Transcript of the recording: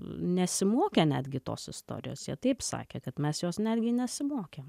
nesimokė netgi tos istorijos jie taip sakė kad mes jos netgi nesimokėm